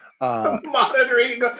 Monitoring